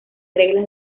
reglas